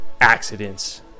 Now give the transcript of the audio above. accidents